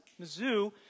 Mizzou